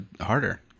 harder